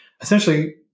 essentially